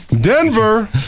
Denver